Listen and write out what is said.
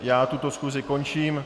Já tuto schůzi končím.